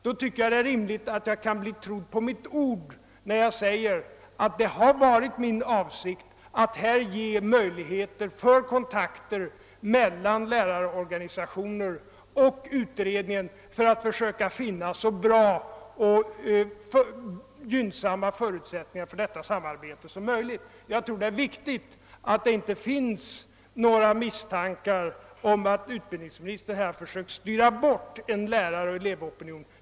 Jag tycker då att det vore rimligt om jag bleve trodd på mitt ord då jag säger att min avsikt varit att ge möjligheter till kontakter mellan lärarorganisationer och utredningen för att försöka finna så bra och gynnsamma förutsättningar som möjligt för detta samarbete. Jag tror det är viktigt att det inte föreligger någon misstanke om att utbildningsministern här har försökt styra bort en lärareller elevopinion.